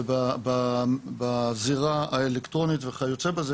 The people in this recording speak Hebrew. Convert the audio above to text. ובזירה האלקטרונית וכיוצא בזה.